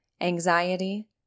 anxiety